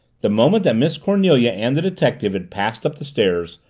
the moment that miss cornelia and the detective had passed up the stairs,